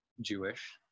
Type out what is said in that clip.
Jewish